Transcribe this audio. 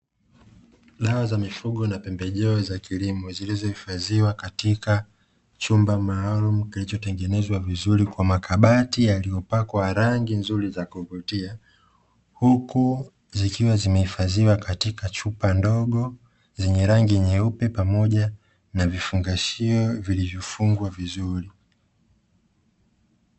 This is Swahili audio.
Dawa za mifugo na pembejeo za kilimo zilizohifadhiwa katika chumba maalumu kilichotengenezwa vizuri kwa makabati yaliyopakwa rangi nzuri za kuvutia, huku zikiwa zimehifadhiwa katika chupa ndogo zenye rangi nyeupe pamoja na vifungashio vilivyo fungwa vizuri.